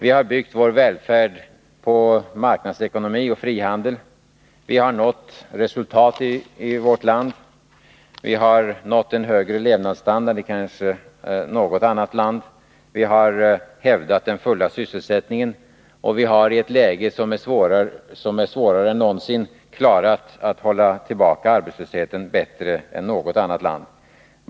Vi har byggt vår välfärd på marknadsekonomi och frihandel. Vi har nått resultat i vårt land. Vi har nått en högre levnadsstandard än man har gjort i kanske något annat land. Vi har hävdat den fulla sysselsättningen. Och vi har i ett läge, svårare än någonsin, klarat att hålla tillbaka arbetslösheten bättre än något annat land.